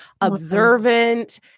observant